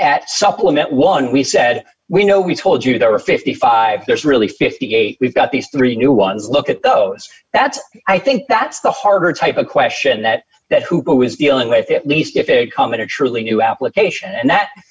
at supplement one we said we know we told you there are fifty five there's really fifty eight we've got these three new ones look at those that i think that's the harder type of question that that who is dealing with at least if they come in a truly new application and that